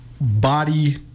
body